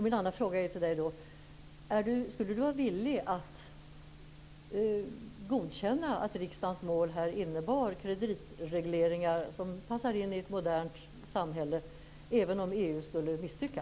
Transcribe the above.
Min andra fråga är då: Skulle Sven-Erik Österberg vara villig att godkänna att riksdagens mål innebar kreditregleringar som passar in i ett modernt samhälle även om EU skulle misstycka?